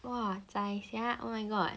!wah! zai sia oh my god